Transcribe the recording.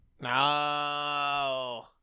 No